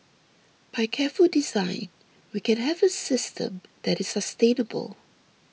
by careful design we can have a system that is sustainable